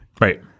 Right